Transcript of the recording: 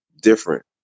different